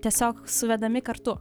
tiesiog suvedami kartu